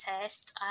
test